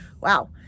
wow